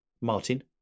Martin